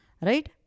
right